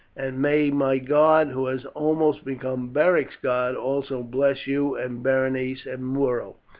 and may my god, who has almost become beric's god, also bless you and berenice and muro!